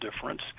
difference